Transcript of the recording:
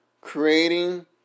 creating